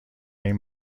این